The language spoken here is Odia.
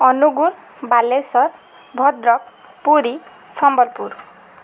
ଅନୁଗୁଳ ବାଲେଶ୍ୱର ଭଦ୍ରକ ପୁରୀ ସମ୍ବଲପୁର